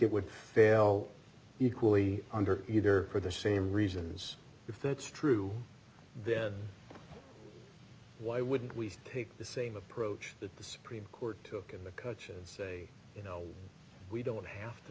it would fail equally under either for the same reasons if that's true then why wouldn't we take the same approach that the supreme court took in mccutcheon and say you know we don't have to